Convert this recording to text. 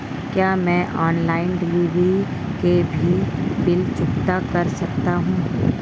क्या मैं online delivery के भी बिल चुकता कर सकता हूँ?